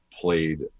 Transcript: played